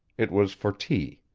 it was for tea.